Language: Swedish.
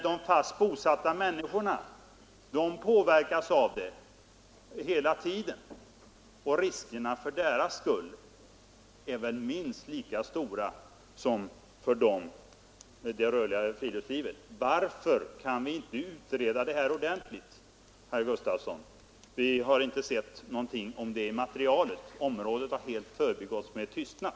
De fast bosatta människorna, däremot, påverkas av skjutningar hela tiden, och riskerna för dem är väl minst lika stora som för människor i det rörliga friluftslivet. Varför kan vi inte utreda detta ordentligt, herr Gustafsson? Vi har inte sett något om det. Området har helt förbigåtts med tystnad.